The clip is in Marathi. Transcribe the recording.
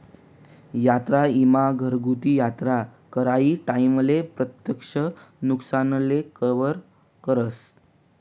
यात्रा ईमा घरगुती यात्रा कराना टाईमले अप्रत्यक्ष नुकसानले कवर करस